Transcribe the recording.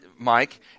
Mike